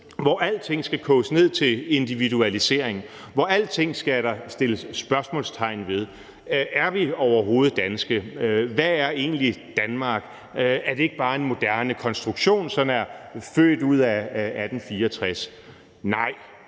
hvor alting skal koges ned til individualisering, hvor der skal sættes spørgsmålstegn ved alting: Er vi overhovedet danske? Hvad er egentlig Danmark? Er det ikke bare en moderne konstruktion, som er vokset ud af 1864? Nej!